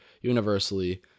universally